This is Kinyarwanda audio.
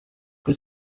kuri